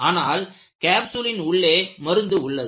அதனால் கேப்சூலின் உள்ளே மருந்து உள்ளது